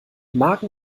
magen